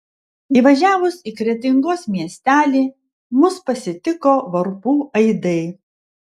įvažiavus į kretingos miestelį mus pasitiko varpų aidai